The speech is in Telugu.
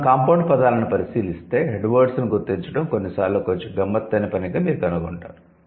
మనం 'కాంపౌండ్' పదాలను పరిశీలిస్తే 'హెడ్ వర్డ్స్'ను గుర్తించడo కొన్నిసార్లు కొంచెం గమ్మత్తైన పనిగా మీరు కనుగొంటారు